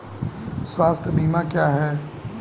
स्वास्थ्य बीमा क्या है?